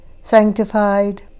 sanctified